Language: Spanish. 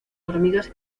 hormigas